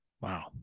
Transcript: Wow